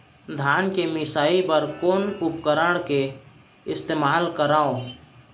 धान के मिसाई बर कोन उपकरण के इस्तेमाल करहव?